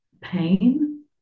pain